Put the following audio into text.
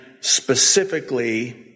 specifically